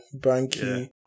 banky